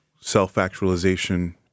self-actualization